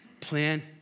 plan